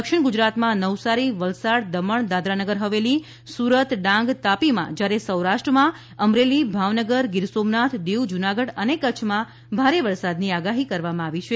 દક્ષિણ ગુજરાતમાં નવસારી વલસાડ દમણ દાદરાનગર હવેલી સુરત ડાંગ તાપીમાં જ્યારે સૌરાષ્ટ્રવમાં અમરેલી ભાવનગર ગીર સોમનાથ દીવ જૂનાગઢ અને કચ્છમાં ભારે વરસાદની આગાહી કરવામાં આવી છે